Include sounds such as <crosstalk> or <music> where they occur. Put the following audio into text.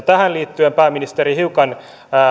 <unintelligible> tähän liittyen pääministeri hiukan